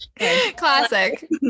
Classic